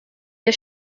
wir